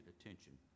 attention